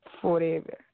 forever